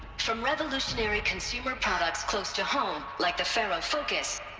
from revolutionary consumer products close to home. like the faro focus.